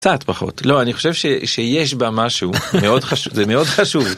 קצת פחות לא אני חושב שיש בה משהו מאוד חשוב זה מאוד חשוב.